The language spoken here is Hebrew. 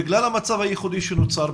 בגלל המצב הייחודי שנוצר?